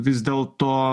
vis dėl to